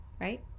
right